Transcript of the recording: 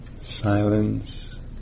silence